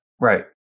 right